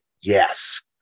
Yes